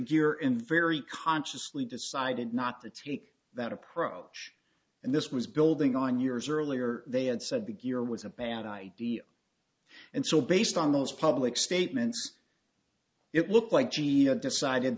gear and very consciously decided not to take that approach and this was building on years earlier they had said the gear was a bad idea and so based on those public statements it looked like he had decided